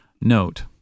note